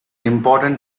important